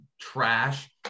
trash